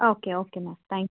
okay okay ma'am thank you